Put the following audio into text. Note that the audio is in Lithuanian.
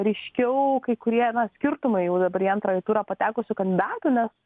ryškiau kai kurie na skirtumai jau dabar į antrąjį turą patekusių kandidatų nes